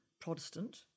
Protestant